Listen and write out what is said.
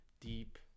deep